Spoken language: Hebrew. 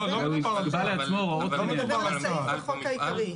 לא מדובר על צה"ל, מדובר על המפעל הביטחוני.